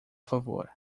favor